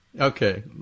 Okay